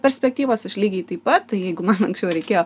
perspektyvos aš lygiai taip pat jeigu man anksčiau reikėjo